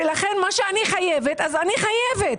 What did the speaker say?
מה שאני חייבת, אני חייבת.